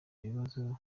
ibibazo